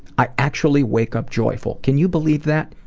i actually wake up joyful, can you believe that?